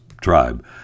tribe